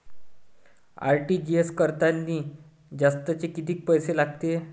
RTGS करतांनी जास्तचे कितीक पैसे लागते?